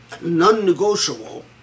non-negotiable